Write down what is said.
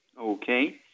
Okay